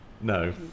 No